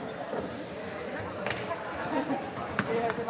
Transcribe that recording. Tak